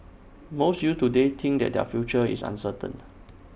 most youths today think that their future is uncertain